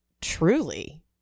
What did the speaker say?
truly